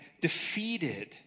defeated